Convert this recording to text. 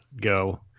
go